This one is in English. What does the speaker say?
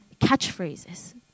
catchphrases